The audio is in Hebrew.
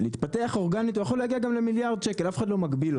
להתפתח אורגנית הוא יכול להגיע גם למיליארד שקל אף אחד לא מגביל אותו.